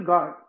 God